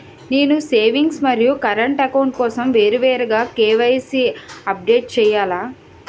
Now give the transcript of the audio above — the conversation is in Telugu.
నేను సేవింగ్స్ మరియు కరెంట్ అకౌంట్ కోసం వేరువేరుగా కే.వై.సీ అప్డేట్ చేయాలా?